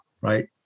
right